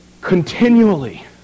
continually